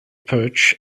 perch